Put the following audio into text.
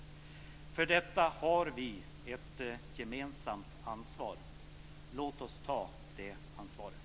För detta har vi ett gemensamt ansvar. Låt oss ta det ansvaret.